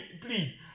please